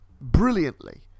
brilliantly